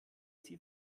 sie